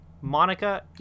Monica